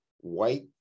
white